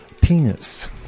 penis